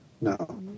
No